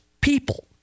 people